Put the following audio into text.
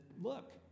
look